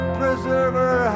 preserver